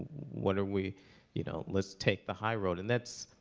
what are we, you know let's take the high road. and that's,